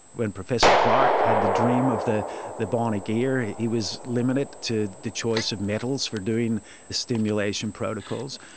when professor clark had the dream of the the bionic ear, he was limited to the choice of metals for doing stimulation protocols.